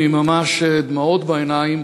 ממש עם דמעות בעיניים,